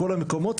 בכל המקומות,